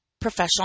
professional